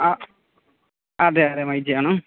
ആ അതെ അതെ മൈ ജിയാണ്